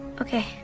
Okay